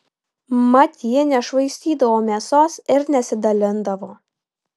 mat ji nešvaistydavo mėsos ir nesidalindavo